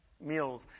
meals